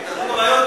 הערבי.